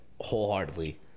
wholeheartedly